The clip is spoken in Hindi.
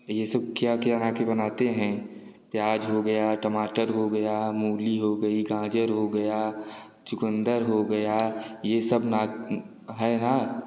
ये सब क्या क्या मिला के बनाते हैं प्याज़ हो गया टमाटर हो गया मूली हो गई गाजर हो गया चुकंदर हो गया ये सब ना है ना